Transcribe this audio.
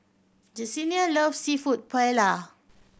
Jesenia loves Seafood Paella